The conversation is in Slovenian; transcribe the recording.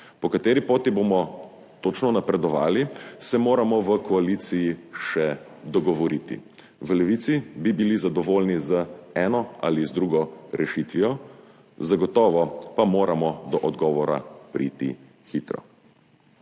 Po kateri poti točno bomo napredovali, se moramo v koaliciji še dogovoriti. V Levici bi bili zadovoljni z eno ali z drugo rešitvijo, zagotovo pa moramo do odgovora priti hitro.